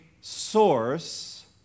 source